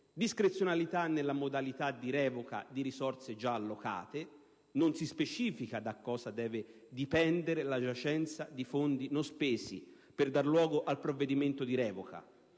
Discrezionalità nelle modalità di revoca di risorse già allocate: non si specifica da cosa deve dipendere la giacenza di fondi non spesi per dar luogo al provvedimento di revoca,